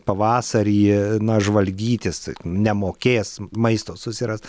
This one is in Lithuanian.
pavasarį na žvalgytis nemokės maisto susirast